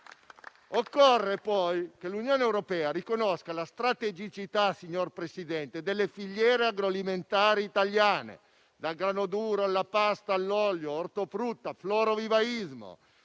Occorre poi che l'Unione europea riconosca la strategicità delle filiere agroalimentari italiane, dal grano duro alla pasta, all'olio, all'ortofrutta, al florovivaismo,